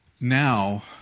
Now